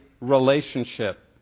relationship